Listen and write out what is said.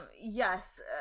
yes